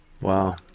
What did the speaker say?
Wow